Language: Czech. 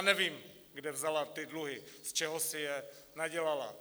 Nevím, kde vzala ty dluhy, z čeho si je nadělala.